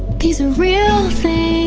these are real